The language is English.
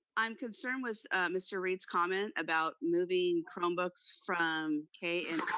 i'm concerned with mr. reid's comment about moving chromebooks from k, and